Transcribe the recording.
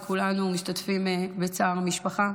וכולנו משתתפים בצער המשפחה,